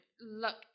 look